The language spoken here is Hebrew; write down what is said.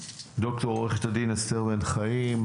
ד"ר עו"ד אסתר בן חיים,